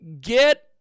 get